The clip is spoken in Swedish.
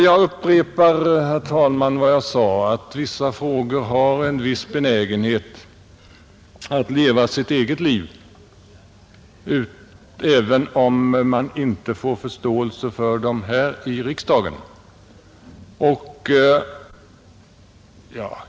Jag upprepar, herr talman, vad jag sade, nämligen att vissa frågor har en benägenhet att leva sitt eget liv, även om man inte får förståelse för dem här i riksdagen.